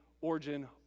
origin